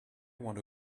want